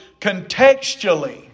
contextually